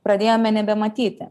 pradėjome nebematyti